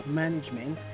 management